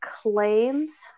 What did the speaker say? claims